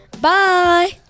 Bye